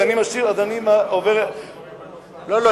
אז אני עובר, לבחון, לא.